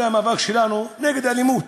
זה המאבק שלנו נגד אלימות.